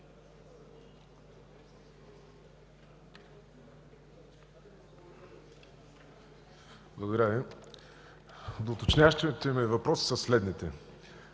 Благодаря Ви. Доуточняващите ми въпроси са следните.